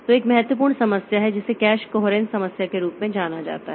तो एक महत्वपूर्ण समस्या है जिसे कैश कोहेरेंस समस्या के रूप में जाना जाता है